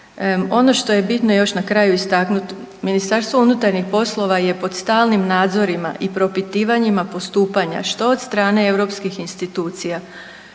Ono što je bitno još na kraju istaknuti, Ministarstvo unutarnjih poslova je pod stalnim nadzorima i propitivanjima postupanja što od strane europskih institucija,